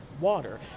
water